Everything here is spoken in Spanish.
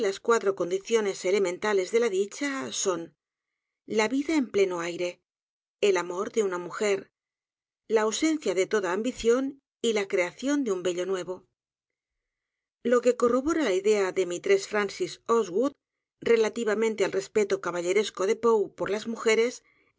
poe condiciones elementales de la dicha son la vida en pleno aire el amor de una mujer la ausencia de toda ambición y la creación de un bello nuevo lo que corrobora la idea de m r s francis osgood relativamente al respeto caballeresco de poe por las mujeres